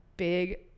Big